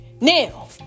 Now